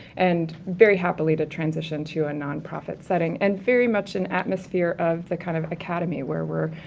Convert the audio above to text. and very happily to transition to a nonprofit setting, and very much an atmosphere of the kind of academy where we're, ah,